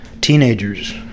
teenagers